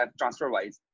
transferwise